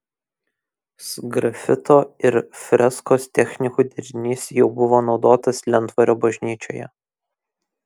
sgrafito ir freskos technikų derinys jau buvo naudotas lentvario bažnyčioje